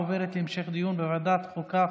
עוברת להמשך דיון בוועדת החוקה,